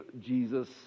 Jesus